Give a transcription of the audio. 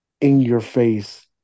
in-your-face